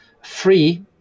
free